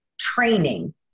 training